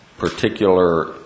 Particular